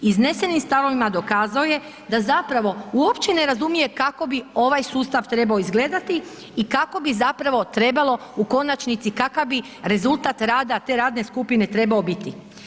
Iznesenim stavovima dokazao je da zapravo uopće ne razumije kako bi ovaj sustav trebao izgledati i kako bi zapravo trebalo u konačnici, kakav bi rezultat rada te radne skupine trebao biti.